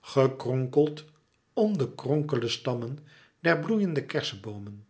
gekronkeld om de kronkele stammen der bloeiende kerseboomen